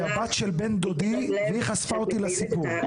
היא בתו של בן דודי והיא זו שחשפה אותי לנושא.